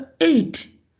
eight